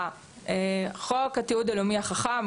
חוק התיעוד הלאומי החכם,